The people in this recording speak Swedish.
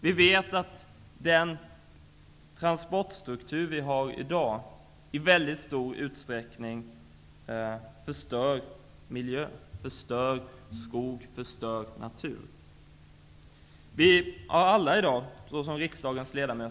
Vi vet att den transportstruktur som finns i dag i stor utsträckning förstör miljön, skogen och naturen.